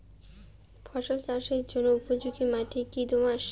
ফসল চাষের জন্য উপযোগি মাটি কী দোআঁশ?